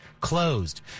closed